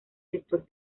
sector